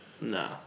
No